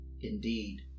indeed